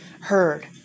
heard